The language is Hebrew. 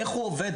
איך הוא עובד,